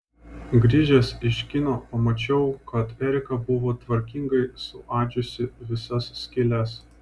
grįžęs iš kino pamačiau kad erika buvo tvarkingai suadžiusi visas skyles